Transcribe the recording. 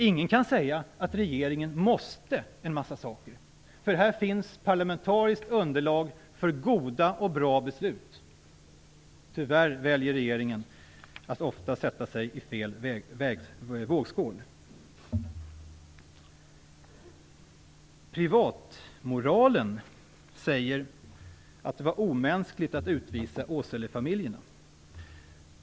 Ingen kan alltså säga att regeringen måste göra en massa saker. Det finns ett parlamentariskt underlag för goda och bra beslut. Tyvärr väljer regeringen ofta att sätta sig i fel vågskål. Privatmoralen säger att det var omänskligt att utvisa Åselefamiljerna.